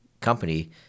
company